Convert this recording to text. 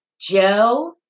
Joe